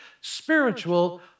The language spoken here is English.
spiritual